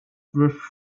with